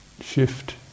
shift